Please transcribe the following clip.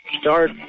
Start